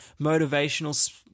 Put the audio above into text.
motivational